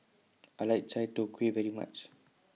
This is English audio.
I like Chai Tow Kway very much